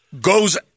Goes